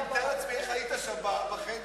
אני מתאר לעצמי איך הרגשת שם בחדר,